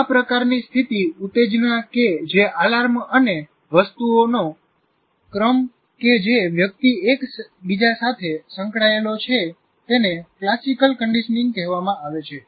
આ પ્રકારની સ્થિતિ ઉત્તેજના કે જે એલાર્મ અને વસ્તુઓનો ક્રમ કે જે વ્યક્તિ એક બીજા સાથે સંકળાયેલો છે તેને ક્લાસિકલ કન્ડીશનીંગ કહેવામાં આવે છે